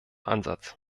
ansatz